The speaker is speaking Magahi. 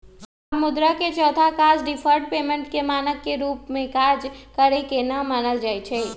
अब मुद्रा के चौथा काज डिफर्ड पेमेंट के मानक के रूप में काज करेके न मानल जाइ छइ